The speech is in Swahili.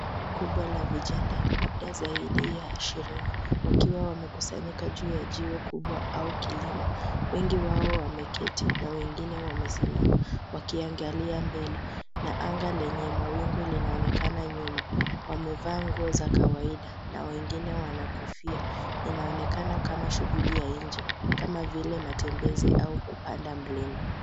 Kundi kubwa la vijana labda zaidi ya ishirini wakiwa wamekusanyika juu ya jiwe kubwa au kilima. Wengi wao wameketi na wengine wao wamesimama wakiangalia mbele. Na anga lenye mawingu linaonekana nyuma. Wamevaa nguo za kawaida na wengine wana kofia. Inaonekana kama shughuli ya nje kama vile matembezi ama kupanda mlima.